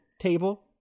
table